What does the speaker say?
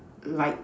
like